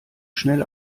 schnell